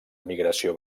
migració